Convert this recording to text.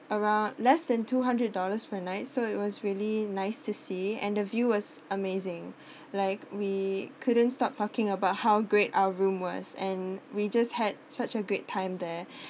around less than two hundred dollars per night so it was really nice to see and the view was amazing like we couldn't stop talking about how great our room was and we just had such a great time there